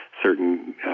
Certain